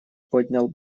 поднял